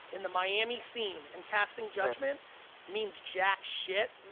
in the miami scene, and passing judgment means jack shit,